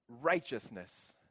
righteousness